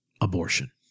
Abortion